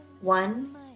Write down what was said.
One